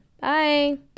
bye